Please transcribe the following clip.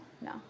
No